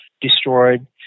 destroyed